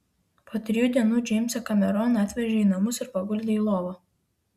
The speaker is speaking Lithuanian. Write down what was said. po trijų dienų džeimsą kameroną atvežė į namus ir paguldė į lovą